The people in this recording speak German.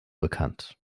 bekannt